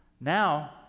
now